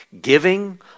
Giving